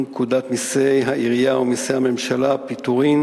פקודת מסי העירייה ומסי הממשלה (פטורין)